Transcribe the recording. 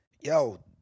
Yo